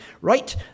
right